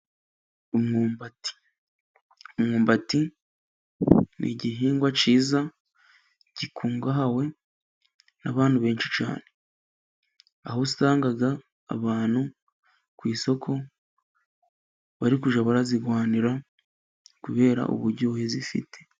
Umwumbati, umwumbati ni igihingwa cyiza gikungahawe n'abantu benshi cyane, aho usanga abantu ku isoko barikujya barazirwanira kubera uburyohe zifite.